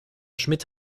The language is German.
schmidt